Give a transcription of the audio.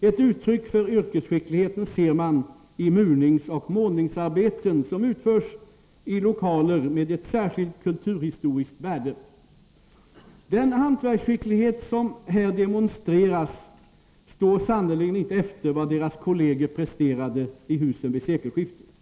Ett uttryck för yrkesskickligheten ser man i murningsoch målningsarbeten som utförts i lokaler med ett särskilt kulturhistoriskt värde. Den hantverksskicklighet som här demonstreras står sannerligen inte efter vad deras kolleger presterade i husen vid sekelskiftet.